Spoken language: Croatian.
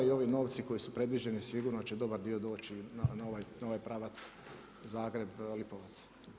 I ovi novci koji su predviđeni sigurno će dobar dio doći na ovaj pravac Zagreb-Lipovac.